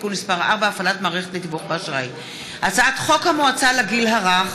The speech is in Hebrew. (תיקון מס' 4) (הפעלת מערכת לתיווך באשראי); הצעת חוק המועצה לגיל הרך,